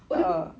oh dia pun